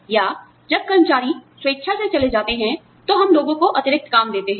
या जब कर्मचारी स्वेच्छा से चले जाते हैं तो हम लोगों को अतिरिक्त काम देते हैं